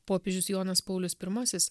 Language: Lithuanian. popiežius jonas paulius pirmasis